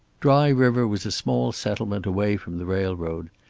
dry river was a small settlement away from the railroad.